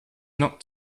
not